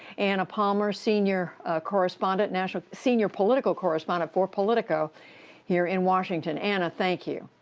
anna palmer, senior correspondent, national senior political correspondent for politico here in washington. anna, thank you.